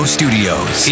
Studios